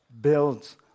builds